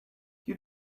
you